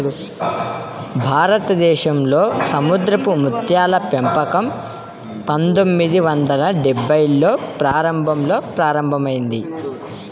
భారతదేశంలో సముద్రపు ముత్యాల పెంపకం పందొమ్మిది వందల డెభ్భైల్లో ప్రారంభంలో ప్రారంభమైంది